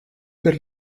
per